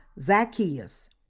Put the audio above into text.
Zacchaeus